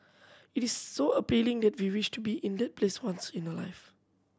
it is so appealing that we wish to be in that place once in a life